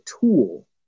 tool